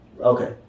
Okay